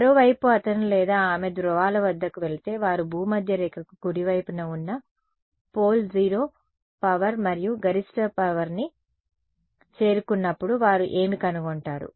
మరోవైపు అతను లేదా ఆమె ధృవాల వద్దకు వెళితే వారు భూమధ్యరేఖకు కుడివైపున ఉన్న పోల్ 0 పవర్ మరియు గరిష్ట పవర్ ని చేరుకున్నప్పుడు వారు ఏమి కనుగొంటారు